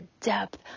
depth